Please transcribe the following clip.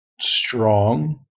strong